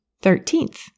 Thirteenth